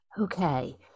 Okay